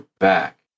back